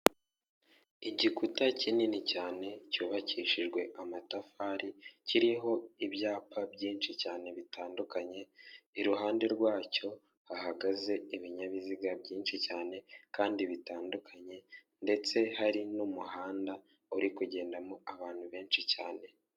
Igikuta kinini cyane cyubakishijwe amatafari kiriho ibyapa byinshi cyane bitandukanye, iruhande rwacyo hahagaze ibinyabiziga byinshi cyane kandi bitandukanye, ndetse hari n'umuhanda uri kugendamo abantu benshi cyane.